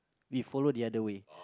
we follow the other way